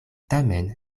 tamen